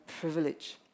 privilege